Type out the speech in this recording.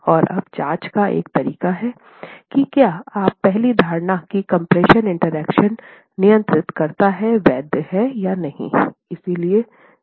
और अब जांच का एक तरीका है कि क्या आपकी पहली धारणा कि कम्प्रेशन इंटरेक्शन नियंत्रित करता है वैध है या नहीं